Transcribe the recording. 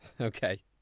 Okay